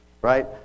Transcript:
right